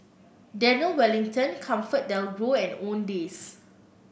Daniel Wellington ComfortDelGro and Owndays